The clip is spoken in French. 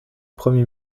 premier